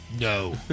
No